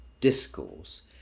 discourse